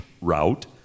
route